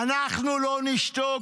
"אנחנו לא נשתוק,